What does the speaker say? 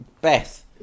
Beth